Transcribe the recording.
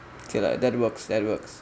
okay lah that works that works